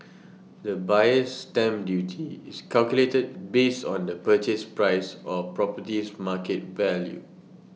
the buyer's stamp duty is calculated based on the purchase price or property's market value